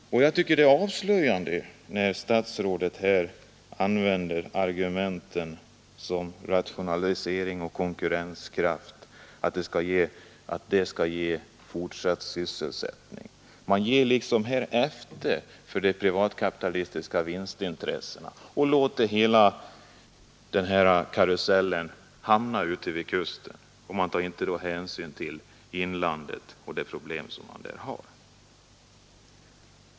Jag tycker det är avslöjande när statsrådet här använder argument som att rationalisering och konkurrenskraft skall ge fortsatt sysselsättning. Man ger liksom efter för de privatkapitalistiska vinstintressena och låter hela den här karusellen hamna ute vid kusten utan att ta hänsyn till inlandet och de problem som där finns.